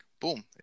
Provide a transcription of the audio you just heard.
Boom